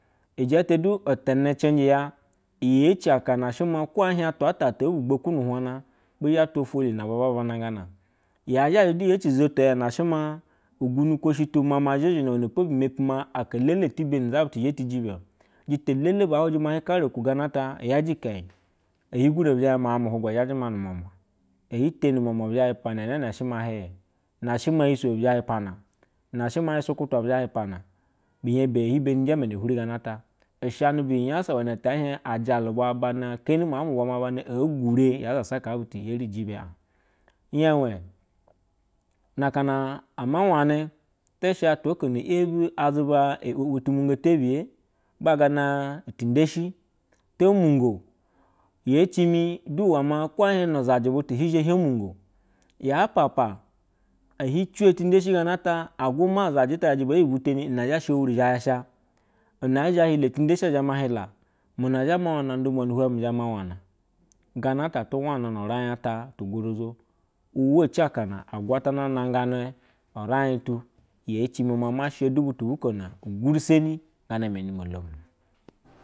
I jere dulti nacije ya yici aka nashe maa ho ehie atwa atatu zhe bu gboku nu hwana bixhe twa felu na aba ba banagana ya zha jɛ du yeci akana she ma ugu mukoshi mama zhizina ma atealele eti bani zabutu zela zha ti gibe o jita ba hujima hika aku gana yaje kenye ehi gure buzhe hie mawu mu hugu zhaje ma nu muamua eteni ne muamua bizhe hi pana mene she mahi ye ine shema hiswe bizhi hi pona behie beyethi yi nyasa ta e hie atalu bwa abana manu bwa abana egure ya zasa haa butu na eru be gibe aj iyawe na akana ama wnne tishe atwa-oko yebi azuba iwewe tumu go tebiya ma gana tidenshi to mongo yecimi du wema ke ehie nu zaa zaj butu hi zhe hio mugo ya papaa ehi cwo gana ta aguma zhaje ata zhajɛ be hijiteni ina zha sha wuru zhe yas ine zhehila te denshi ezhe yas ine zhehila te denshi ezhe hila muna mu zhe mawanna dumua nu huta nu vaiy utu gorozoz uwaci akawa agwatana nangani uwai tu ye cimi man sha du butu na guri seni gana meni